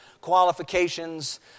qualifications